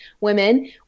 women